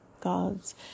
God's